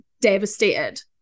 devastated